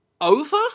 over